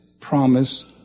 promise